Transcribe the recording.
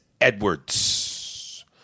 Edwards